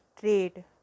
trade